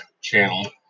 channel